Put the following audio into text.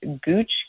gooch